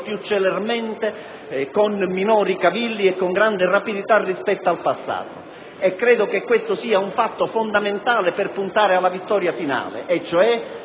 più celermente, con minori cavilli e con grande rapidità rispetto al passato. Credo che questo sia un elemento fondamentale se si vuole puntare alla vittoria finale,